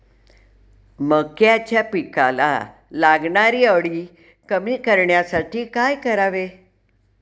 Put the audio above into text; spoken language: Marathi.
मक्याच्या पिकाला लागणारी अळी कमी करण्यासाठी काय करावे?